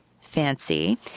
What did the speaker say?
Fancy